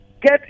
get